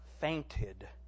fainted